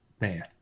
man